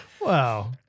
Wow